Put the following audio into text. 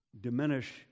diminish